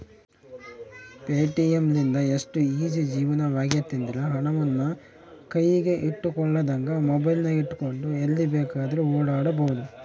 Paytm ಲಿಂದ ಎಷ್ಟು easy ಜೀವನವಾಗೆತೆಂದ್ರ, ಹಣವನ್ನು ಕೈಯಗ ಇಟ್ಟುಕೊಳ್ಳದಂಗ ಮೊಬೈಲಿನಗೆಟ್ಟುಕೊಂಡು ಎಲ್ಲಿ ಬೇಕಾದ್ರೂ ಓಡಾಡಬೊದು